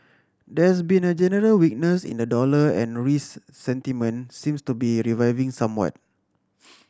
there's been a general weakness in the dollar and risk sentiment seems to be reviving somewhat